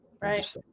Right